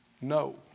No